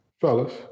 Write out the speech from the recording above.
fellas